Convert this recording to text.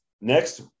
next